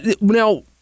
now